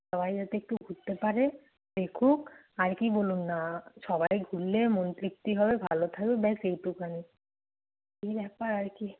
সবাই যাতে একটু ঘুরতে পারে দেখুক আর কী বলুন না সবাই ঘুরলে মন তৃপ্তি হবে ভালো থাকবে ব্যস এইটুকুনি এই ব্যাপার আর কি